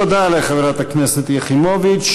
תודה לחברת הכנסת יחימוביץ.